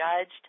judged